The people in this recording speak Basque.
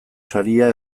saria